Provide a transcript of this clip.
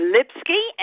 Lipsky